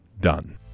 done